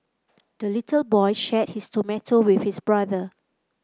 the little boy shared his tomato with his brother